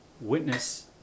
witness